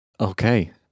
Okay